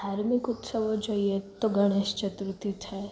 ધાર્મિક ઉત્સવો જોઈએ તો ગણેશ ચતુર્થી છે